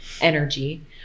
energy